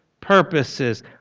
purposes